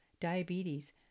diabetes